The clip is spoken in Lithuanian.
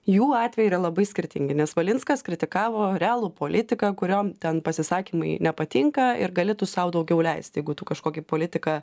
jų atvejai yra labai skirtingi nes valinskas kritikavo realų politiką kuriom ten pasisakymai nepatinka ir galėtų sau daugiau leist jeigu tu kažkokį politiką